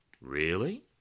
Really